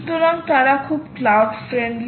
সুতরাং তারা খুব ক্লাউড ফ্রেন্ডলি